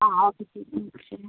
ആ ഓക്കെ ശരി ശരി മാം